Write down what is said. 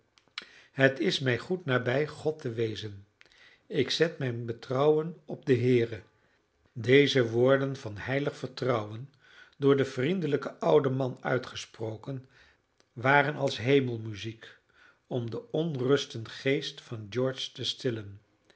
het is mij goed nabij god te wezen ik zet mijn betrouwen op den heere deze woorden van heilig vertrouwen door den vriendelijken ouden man uitgesproken waren als hemelmuziek om den ontrusten geest van george te stillen